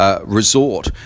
resort